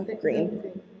Green